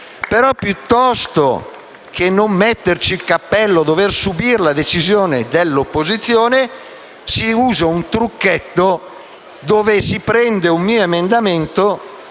piuttosto che metterci il cappello e dover subire la decisione dell'opposizione, si è usato un trucchetto: si è preso un mio emendamento